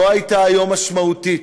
לא הייתה היום משמעותית,